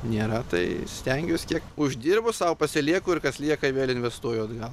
nėra tai stengiuos kiek uždirbu sau pasilieku ir kas lieka vėl investuoju atgal